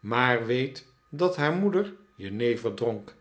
maar weet dat haar moeder jenever dronk